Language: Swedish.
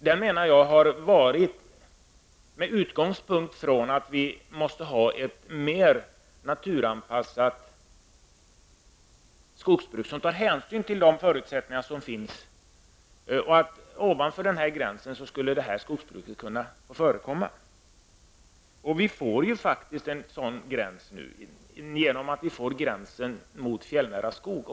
Utgångspunkten har varit att det måste bli ett mer naturanpassat skogsbruk som tar hänsyn till de förutsättningar som finns. Ovanför gränsen skulle skogsbruk kunna förekomma. Nu blir det faktiskt en sådan gräns i och med att gränsen kommer vid den fjällnära skogen.